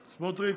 סמוטריץ',